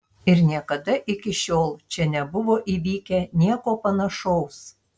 ir niekada iki šiol čia nebuvo įvykę nieko panašaus